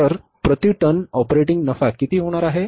तर प्रति ton operating नफा किती होणार आहे